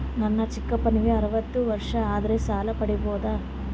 ನನ್ನ ಚಿಕ್ಕಪ್ಪನಿಗೆ ಅರವತ್ತು ವರ್ಷ ಆದರೆ ಸಾಲ ಪಡಿಬೋದ?